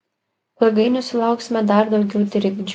ilgainiui sulauksime dar daugiau trikdžių